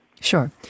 Sure